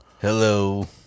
hello